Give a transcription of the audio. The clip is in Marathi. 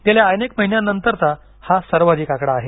गेल्या अनेक महिन्यांनंतरचा हा सर्वाधिक आकडा आहे